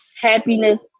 Happiness